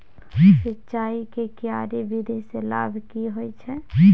सिंचाई के क्यारी विधी के लाभ की होय छै?